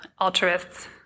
altruists